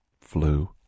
Flu